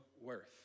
worth